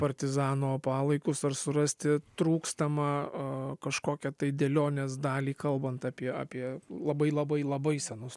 partizano palaikus ar surasti trūkstamą a kažkokią tai dėlionės dalį kalbant apie apie labai labai labai senus